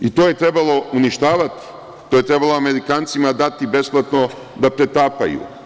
I to je trebalo uništavati, to je trebalo Amerikancima dati besplatno da pretapaju.